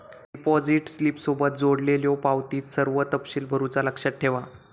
deposit स्लिपसोबत जोडलेल्यो पावतीत सर्व तपशील भरुचा लक्षात ठेवा